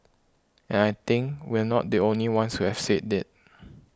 and I think we're not the only ones who have said it